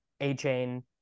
A-Chain